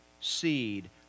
seed